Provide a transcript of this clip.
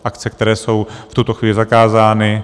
Akce, které jsou v tuto chvíli zakázány.